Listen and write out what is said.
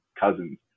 Cousins